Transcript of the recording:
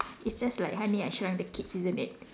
it's just like honey I shrunk the kids isn't it